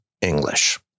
English